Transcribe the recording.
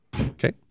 Okay